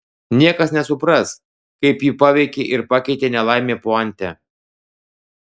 niekas nesupras kaip jį paveikė ir pakeitė nelaimė pointe